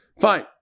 Fine